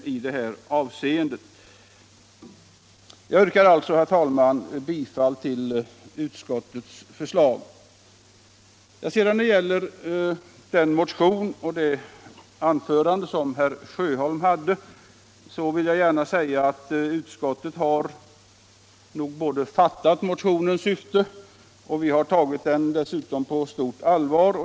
Jag yrkar alltså, herr talman, bifall till utskottets förslag. När det gäller herr Sjöholms motion och anförande vill jag gärna säga att utskottet både fattat motionens syfte och tagit motionen på stort allvar.